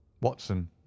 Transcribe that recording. watson